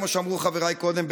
כמו שאמרו חבריי קודם,